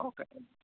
okay